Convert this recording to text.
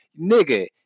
Nigga